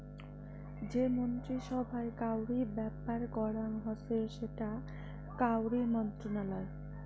যে মন্ত্রী সভায় কাউরি ব্যাপার করাং হসে সেটা কাউরি মন্ত্রণালয়